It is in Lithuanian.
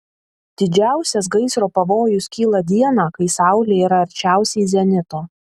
didžiausias gaisro pavojus kyla dieną kai saulė yra arčiausiai zenito